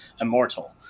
immortal